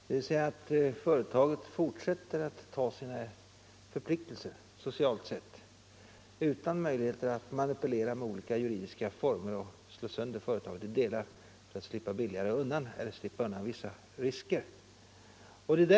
Hur skall man se till att företagen fortsätter att ta sina sociala förpliktelser och inte har möjlighet att slå sönder företagen i delar genom att manipulera med olika juridiska former för att slippa undan vissa risker?